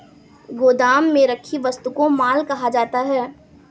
गोदाम में रखी वस्तु को माल कहा जाता है